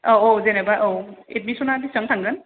औ औ जेनेबा औ एडमिसना बेसेबां थांगोन